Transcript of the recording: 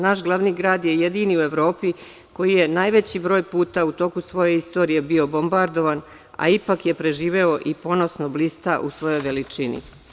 Naš grad je jedini u Evropi, koji je najveći broj puta u toku svoje istorije bio bombardovan, a ipak je preživeo i ponosno blista u svojoj veličini.